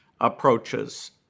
approaches